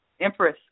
Empress